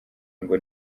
ngo